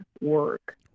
work